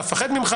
אפחד ממך,